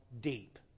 deep